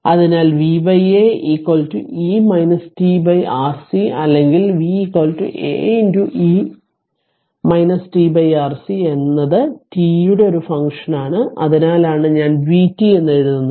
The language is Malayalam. അതിനാൽ v A e t RC അല്ലെങ്കിൽ v A e t RC v എന്നത് t യുടെ ഒരു ഫംഗ്ഷനാണ് അതിനാലാണ് ഞാൻ Vt എന്ന് എഴുതുന്നത്